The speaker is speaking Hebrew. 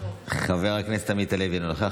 חבר הכנסת עמית הלוי, אינו נוכח.